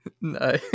No